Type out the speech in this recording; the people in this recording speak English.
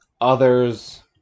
others